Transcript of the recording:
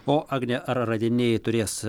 o agne ar radiniai turės